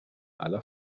aller